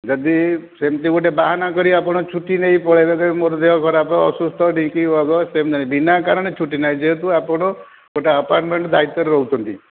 ଯଦି ସେମିତି ଗୋଟେ ବାହାନା କରି ଆପଣ ଛୁଟି ନେଇ ପଳାଇବେ କହିବେ ମୋର ଦେହ ଖରାପେ ଅସୁସ୍ଥ ଢ଼ିଙ୍କି ବଗ ସେମିତି ନାହିଁ ବିନା କାରଣରେ ଛୁଟି ନାହିଁ ଯେହେତୁ ଆପଣ ଗୋଟେ ଆପାର୍ଟମେଣ୍ଟ ଦାୟିତ୍ୱରେ ରହୁଛନ୍ତି